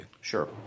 Sure